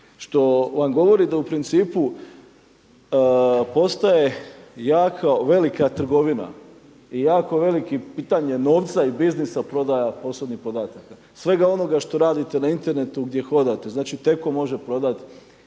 Što vam govori da u principu postoje jako velika trgovina i jako veliko pitanje novca i biznisa prodaje osobnih podataka. Svega onoga što radite na Internetu, gdje hodate. Znači, T-com može prodat